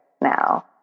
now